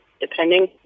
depending